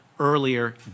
Earlier